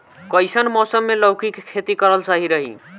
कइसन मौसम मे लौकी के खेती करल सही रही?